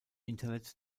internet